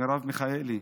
מרב מיכאלי,